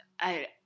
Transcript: I-